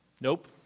nope